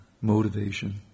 motivation